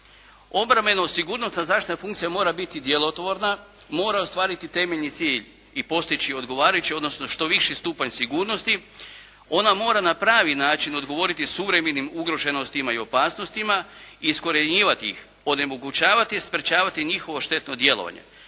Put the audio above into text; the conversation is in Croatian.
Obrambeno-sigurnosna zaštitna funkcija mora biti djelotvorna, mora ostvariti temeljni cilj i postići odgovarajući odnosno što viši stupanj sigurnosti. Ona mora na pravi način odgovoriti suvremenim ugroženima i opasnostima, iskorjenjivati ih, onemogućavati i sprječavati njihovo štetno djelovanje.